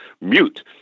mute